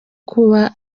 kuba